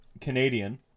canadian